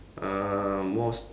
uh more s~